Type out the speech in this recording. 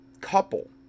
couple